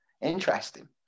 Interesting